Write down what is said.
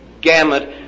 gamut